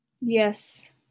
Yes